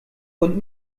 und